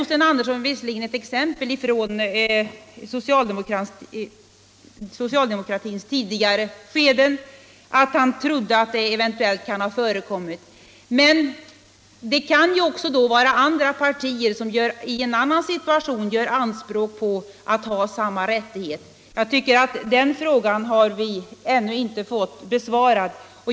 Sten Andersson antydde med ett exempel från socialdemokratins tidigare skede att sådant kan ha förekommit, men kan då också andra partier i en annan situation göra anspråk på samma rättighet? Den frågan har vi ännu inte fått besvarad.